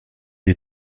die